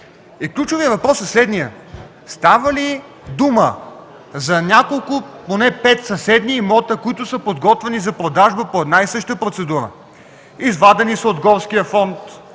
Ключовият въпрос е следният: става ли дума за няколко, поне пет съседни имота, които са подготвени за продажба по една и съща процедура? Имотите са извадени от горския фонд,